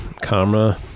camera